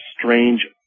strange